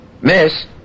Miss